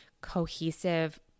cohesive